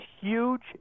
huge